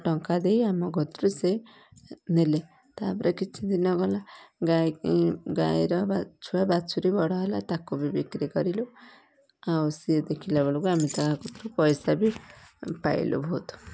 ଟଙ୍କା ଦେଇ ଆମ କତିରୁ ସେ ନେଲେ ତା'ପରେ କିଛି ଦିନ ଗଲା ଗାଈ ଗାଈର ଛୁଆ ବାଛୁରୀ ବଡ଼ ହେଲା ତାକୁ ବି ବିକ୍ରି କରିଲୁ ଆଉ ସିଏ ଦେଖିଲା ବେଳକୁ ଆମେ ତା କତିରୁ ପଇସା ବି ପାଇଲୁ ବହୁତ